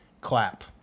clap